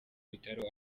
bitaro